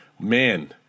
man